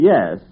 Yes